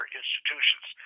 institutions